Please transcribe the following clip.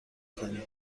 کنی